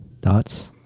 Thoughts